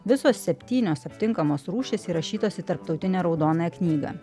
visos septynios aptinkamos rūšys įrašytos į tarptautinę raudonąją knygą